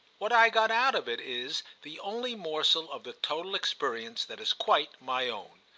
what i got out of it is the only morsel of the total experience that is quite my own.